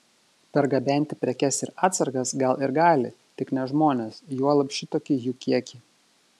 pergabenti prekes ir atsargas gal ir gali tik ne žmones juolab šitokį jų kiekį